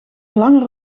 langer